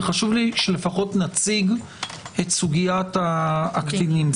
חשוב לי שלפחות נציג את סוגית הקטינים.